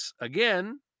again